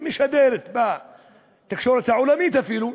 ומשדרת בתקשורת העולמית אפילו,